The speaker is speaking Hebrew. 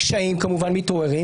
הקשיים מתעוררים,